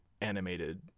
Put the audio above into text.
animated